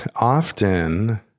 often